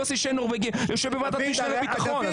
יוסי שיין הוא נורבגי ויושב בוועדות חוץ וביטחון.